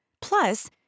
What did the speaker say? Plus